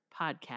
podcast